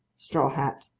straw hat.